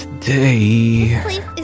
today